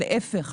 להיפך.